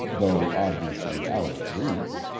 though obviously out of reach.